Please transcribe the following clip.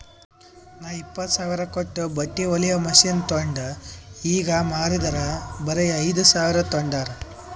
ನಾ ಇಪ್ಪತ್ತ್ ಸಾವಿರ ಕೊಟ್ಟು ಬಟ್ಟಿ ಹೊಲಿಯೋ ಮಷಿನ್ ತೊಂಡ್ ಈಗ ಮಾರಿದರ್ ಬರೆ ಐಯ್ದ ಸಾವಿರ್ಗ ತೊಂಡಾರ್